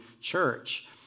church